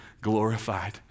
glorified